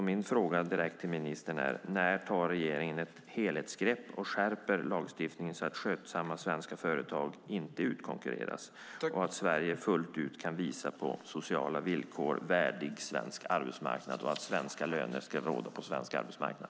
Min fråga till ministern är: När tar regeringen ett helhetsgrepp och skärper lagstiftningen så att skötsamma svenska företag inte utkonkurreras, så att Sverige fullt ut kan visa på sociala villkor som är värdiga svensk arbetsmarknad och så att svenska löner ska råda på svensk arbetsmarknad?